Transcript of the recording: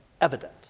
evident